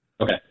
Okay